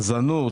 חזנות,